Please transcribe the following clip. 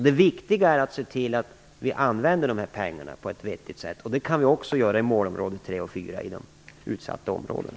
Det viktiga är att se till att vi använder dessa pengar på ett vettigt sätt. Det kan vi också göra i målområde 3 och 4 i de utsatta områdena.